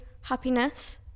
happiness